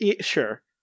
Sure